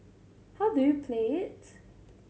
how do you play it